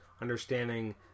understanding